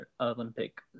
Olympic